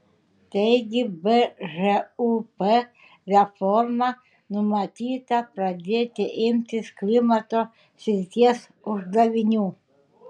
taigi bžūp reforma numatyta pradėti imtis klimato srities uždavinių